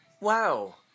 Wow